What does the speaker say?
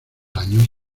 años